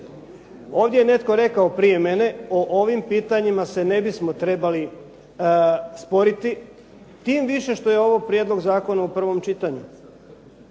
Ovdje je netko rekao prije mene o ovim pitanjima se ne bismo trebali sporiti, tim više što je ovo prijedlog zakona u prvom čitanju.